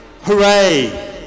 hooray